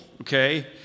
okay